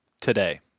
today